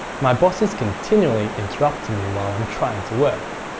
my boss is continually interrupting me while i'm trying to work.